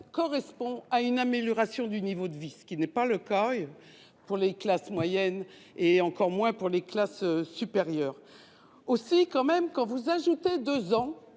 correspond à une amélioration du niveau de vie, ce qui n'est pas le cas pour les classes moyennes et encore moins pour les classes supérieures. Aussi, quand vous ajoutez deux ans